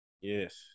Yes